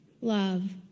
love